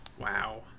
Wow